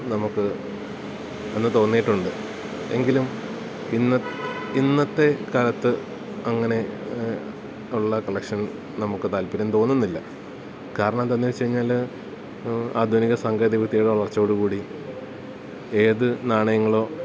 നമുക്ക് അന്ന് തോന്നിയിട്ടുണ്ട് എങ്കിലും ഇന്ന് ഇന്നത്തെക്കാലത്ത് അങ്ങനെ ഉള്ള കളക്ഷൻ നമുക്കു താൽപര്യം തോന്നുന്നില്ല കാരണം എന്താണെന്നുവച്ചുകഴിഞ്ഞാല് ആധുനിക സാങ്കേതിക വിദ്യയുടെ വളർച്ചയോടുകൂടി ഏതു നാണയങ്ങളോ